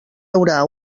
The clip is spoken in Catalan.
haurà